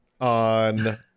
on